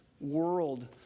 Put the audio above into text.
world